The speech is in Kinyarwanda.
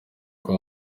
kwa